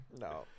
No